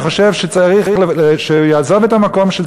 אני חושב שצריך שהוא יעזוב את המקום של